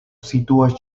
situas